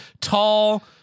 tall